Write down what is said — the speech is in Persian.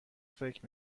فکر